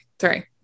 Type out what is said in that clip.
sorry